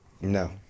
No